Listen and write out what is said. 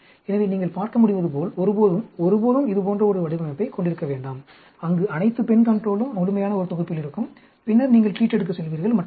எனவே நீங்கள் பார்க்க முடிவதுபோல் ஒருபோதும் ஒருபோதும் இதுபோன்ற ஒரு வடிவமைப்பை கொண்டிருக்க வேண்டாம் அங்கு அனைத்து பெண் கன்ட்ரோலும் முழுமையான ஒரு தொகுப்பில் இருக்கும் பின்னர் நீங்கள் ட்ரீட்டடுக்குச் செல்வீர்கள் மற்றும் பல